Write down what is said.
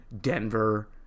denver